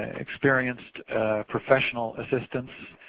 ah experienced professional assistance.